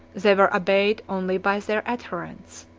they were obeyed only by their adherents.